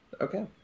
okay